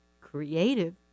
creative